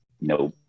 Nope